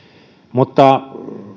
mutta